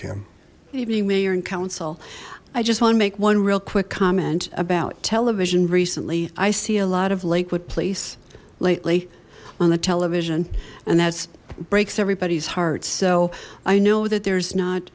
can maybe you may you're in council i just want to make one real quick comment about television recently i see a lot of lakewood place lately on the television and that breaks everybody's hearts so i know that there's not